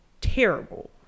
terrible